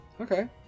Okay